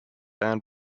ian